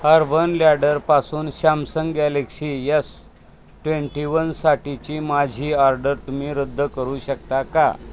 urban लॅडरपासून Samsung Galaxy S twenty वनसाठीची माझी ऑर्डर तुम्ही रद्द करू शकता का